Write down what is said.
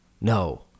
no